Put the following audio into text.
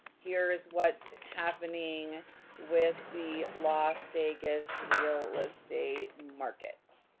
here's what's happening with the las vegas real estate market,